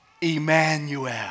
Emmanuel